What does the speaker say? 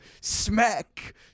smack